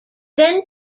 then